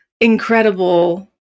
incredible